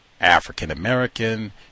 african-american